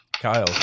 Kyle